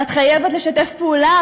ואת חייבת לשתף פעולה,